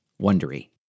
Wondery